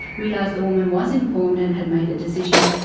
realised the woman was informed and had made a decision.